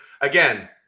again